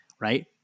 right